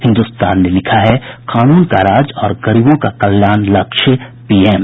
हिन्दुस्तान ने लिखा है कानून का राज और गरीबों का कल्याण लक्ष्य पीएम